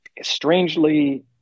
strangely